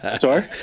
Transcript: Sorry